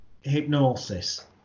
Hypnosis